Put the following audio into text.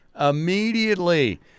immediately